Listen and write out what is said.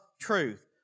truth